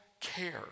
care